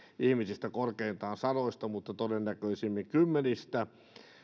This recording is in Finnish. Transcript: ihmisistä korkeintaan sadoista mutta todennäköisimmin kymmenistä